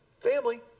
Family